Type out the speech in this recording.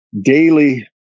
daily